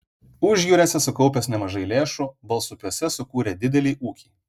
užjūriuose sukaupęs nemažai lėšų balsupiuose sukūrė didelį ūkį